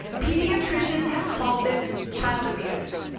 pediatricians have called this child abuse.